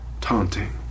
taunting